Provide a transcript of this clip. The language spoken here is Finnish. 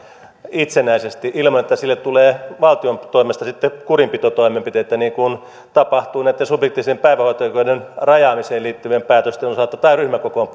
itsenäisesti ilman että niille sitten tulee valtion toimesta kurinpitotoimenpiteitä niin kuin tapahtui subjektiivisen päivähoito oikeuden rajaamiseen liittyvien päätösten osalta tai ryhmäkokoon